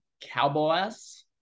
Cowboys